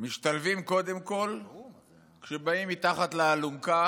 משתלבים קודם כול כשבאים מתחת לאלונקה